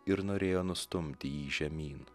ir norėjo nustumti jį žemyn